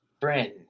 friend